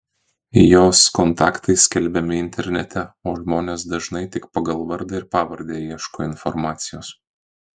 jos kontaktai skelbiami internete o žmonės dažnai tik pagal vardą ir pavardę ieško informacijos